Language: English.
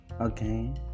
okay